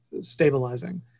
stabilizing